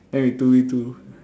then we two V two